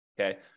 Okay